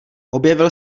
objevil